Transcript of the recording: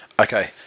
Okay